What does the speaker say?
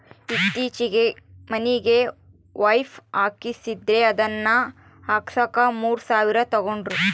ಈತ್ತೀಚೆಗೆ ಮನಿಗೆ ವೈಫೈ ಹಾಕಿಸ್ದೆ ಅದನ್ನ ಹಾಕ್ಸಕ ಮೂರು ಸಾವಿರ ತಂಗಡ್ರು